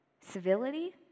Civility